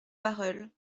barœul